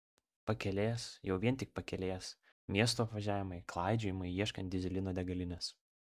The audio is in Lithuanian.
pakelės jau vien tik pakelės miestų apvažiavimai klaidžiojimai ieškant dyzelino degalinės